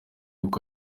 uko